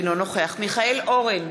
אינו נוכח מיכאל אורן,